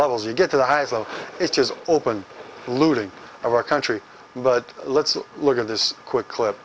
levels you get to the highs of it is open looting of our country but let's look at this quick clip